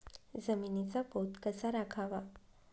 जमिनीचा पोत कसा राखावा?